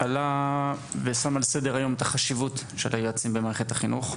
עלה ושם על סדר היום את החשיבות של היועצים במערכת החינוך,